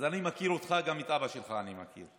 אז אני מכיר אותך וגם את אבא שלך אני מכיר,